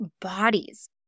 bodies